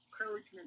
encouragement